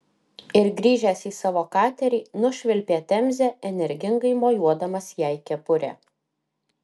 ir grįžęs į savo katerį nušvilpė temze energingai mojuodamas jai kepure